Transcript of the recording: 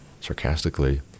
sarcastically